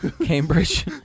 Cambridge